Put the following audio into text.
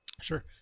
Sure